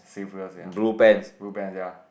sleeveless ya blue pants ya